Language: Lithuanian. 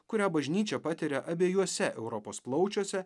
kurią bažnyčia patiria abiejuose europos plaučiuose